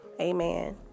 Amen